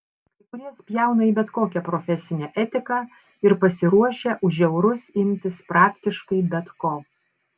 kai kurie spjauna į bet kokią profesinę etiką ir pasiruošę už eurus imtis praktiškai bet ko